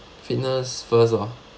fitness first orh